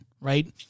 right